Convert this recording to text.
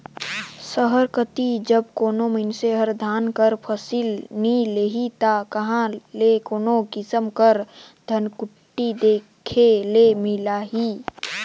सहर कती जब कोनो मइनसे हर धान कर फसिल नी लेही ता कहां ले कोनो किसिम कर धनकुट्टी देखे ले मिलही